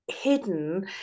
hidden